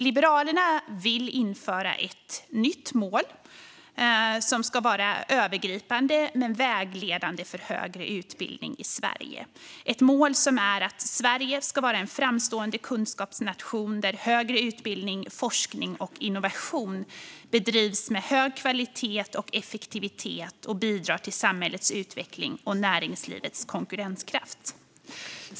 Liberalerna vill införa ett nytt mål som ska vara övergripande men vägledande för högre utbildning i Sverige. Målet är att Sverige ska vara en framstående kunskapsnation där högre utbildning, forskning och innovation bedrivs med hög kvalitet och effektivitet och bidrar till samhällets utveckling och näringslivets konkurrenskraft.